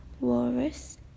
worse